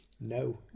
No